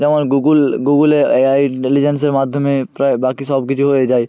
যেমন গুগল গুগলে এআই ইন্টেলিজেন্সের মাধ্যমে প্রায় বাকি সব কিছু হয়ে যায়